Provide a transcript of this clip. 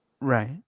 Right